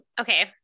okay